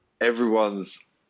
everyone's